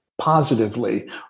positively